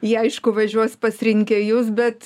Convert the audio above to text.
jie aišku važiuos pas rinkėjus bet